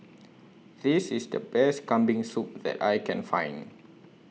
This IS The Best Kambing Soup that I Can Find